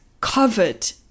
covered